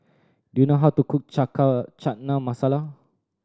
do you know how to cook Chana Masala